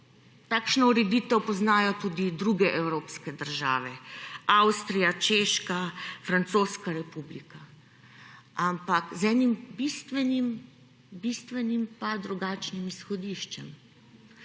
takšno ureditev poznajo tudi druge evropske države – Avstrija, Češka, Francoska republika -, ampak, z enim bistvenim, bistvenim, pa drugačnim izhodiščem.